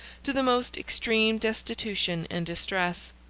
to the most extreme destitution and distress.